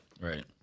Right